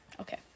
Okay